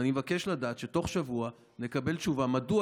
ואני מבקש לדעת שבתוך שבוע נקבל תשובה מדוע